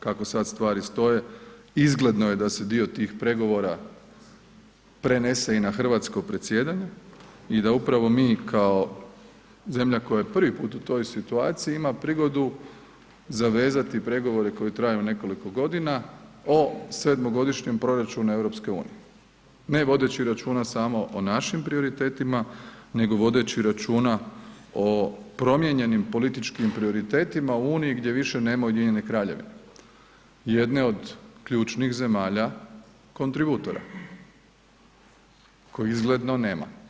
Kako sada stvari stoje izgledno je da se dio tih pregovora prenese i na hrvatsko predsjedanje i da upravo mi kao zemlja koja je prvi puta u toj situaciji ima prigodu zavezati pregovore koji traju nekoliko godina o sedmogodišnjem proračunu EU, ne vodeći računa samo o našim prioritetima, nego vodeći računa o promijenjenim političkim prioritetima u Uniji gdje više nema Ujedinjene Kraljevine, jedne od ključnih zemalja kontributora kojeg izgledno nema.